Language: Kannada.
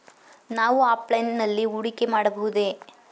ನಾವು ಆಫ್ಲೈನ್ ನಲ್ಲಿ ಹೂಡಿಕೆ ಮಾಡಬಹುದೇ?